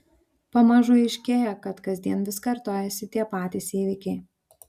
pamažu aiškėja kad kasdien vis kartojasi tie patys įvykiai